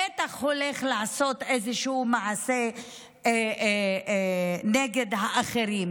בטח הולך לעשות איזשהו מעשה נגד האחרים,